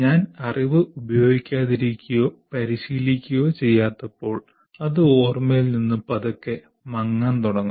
ഞാൻ അറിവ് ഉപയോഗിക്കാതിരിക്കുകയോ പരിശീലിക്കുകയോ ചെയ്യാത്തപ്പോൾ അത് ഓർമയിൽ നിന്ന് പതുക്കെ മങ്ങാൻ തുടങ്ങും